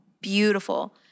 Beautiful